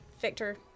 Victor